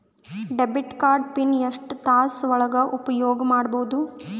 Debit card PIN ಎಷ್ಟ ತಾಸ ಒಳಗ ಉಪಯೋಗ ಮಾಡ್ಬಹುದು?